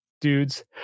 dudes